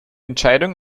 entscheidung